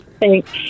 Thanks